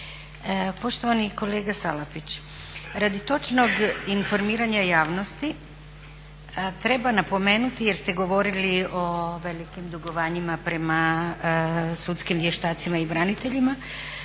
Poštovani kolega Salapić, radi točnog informiranja javnosti treba napomenuti jer ste govorili o velikim dugovanjima prema sudskim vještacima i braniteljima,